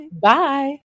Bye